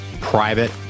private